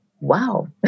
wow